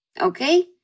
Okay